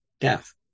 death